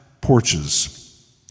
porches